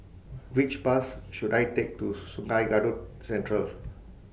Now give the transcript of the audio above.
Which Bus should I Take to Sungei Kadut Central